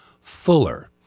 Fuller